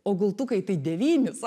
o gultukai tai devyni sa